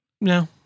No